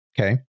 okay